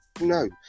No